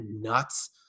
nuts